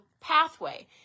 pathway